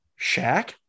Shaq